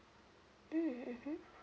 mm mmhmm